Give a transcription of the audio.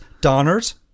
Donner's